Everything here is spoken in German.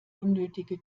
unnötige